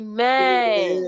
Amen